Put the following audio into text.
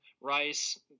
Rice